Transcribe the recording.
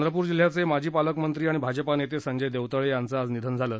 चंद्रपूर जिल्ह्याचे माजी पालकमंत्री आणि भाजपा नेते संजय देवतळे यांचं आज निधन झालं